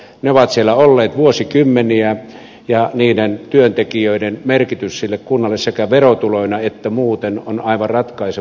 ne ovat siellä olleet vuosikymmeniä ja niiden työntekijöiden merkitys sille kunnalle sekä verotuloina että muuten on aivan ratkaisevan tärkeä